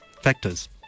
factors